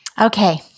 Okay